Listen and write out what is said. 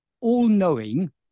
all-knowing